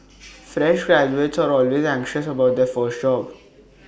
fresh graduates are always anxious about their first job